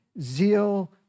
zeal